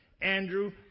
Andrew